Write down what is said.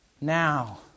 now